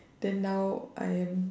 then now I am